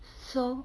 so